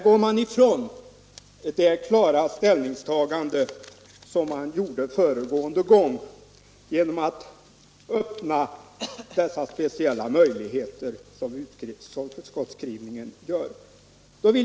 Genom utskottsskrivningen öppnar man här dessa speciella möjligheter och går därmed ifrån det klara ställningstagande man gjorde när denna fråga senast behandlades.